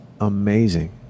amazing